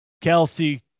Kelsey